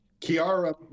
Chiara